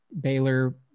Baylor